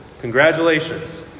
congratulations